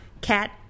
cat